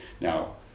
Now